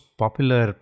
popular